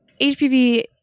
HPV